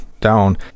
down